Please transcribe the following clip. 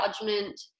judgment